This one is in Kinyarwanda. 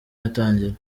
yatangira